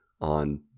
on